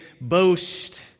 boast